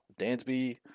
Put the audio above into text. Dansby